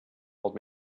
old